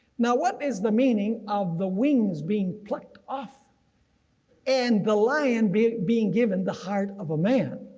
now, what is the meaning of the wings being plucked off and the lion being being given the heart of a man.